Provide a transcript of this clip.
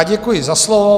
Děkuji za slovo.